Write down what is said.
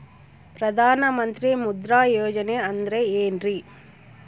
ಪ್ರಧಾನ ಮಂತ್ರಿ ಮುದ್ರಾ ಯೋಜನೆ ಅಂದ್ರೆ ಏನ್ರಿ?